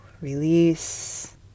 release